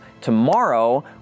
Tomorrow